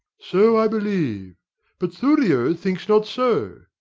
so i believe but thurio thinks not so.